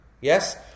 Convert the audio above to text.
Yes